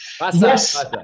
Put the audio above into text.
Yes